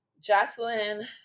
Jocelyn